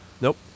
Nope